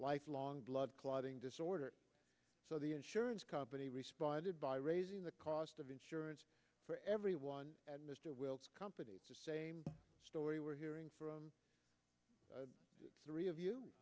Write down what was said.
lifelong blood clotting disorder so the insurance company responded by raising the cost of insurance for everyone and mr wilks company story we're hearing from the three of you